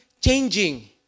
changing